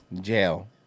Jail